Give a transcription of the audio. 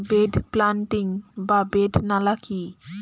Bed planting বা bed নালা কি?